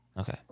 Okay